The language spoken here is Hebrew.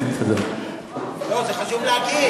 לא, זה חשוב להגיד.